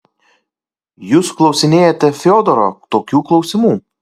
jūs klausinėjate fiodoro tokių klausimų